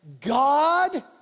God